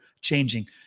changing